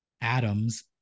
atoms